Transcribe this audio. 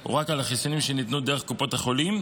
הוא רק על החיסונים שניתנו דרך קופת החולים,